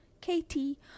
Katie